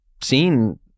seen